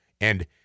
and-